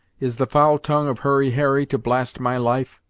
is the foul tongue of hurry harry to blast my life?